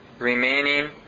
remaining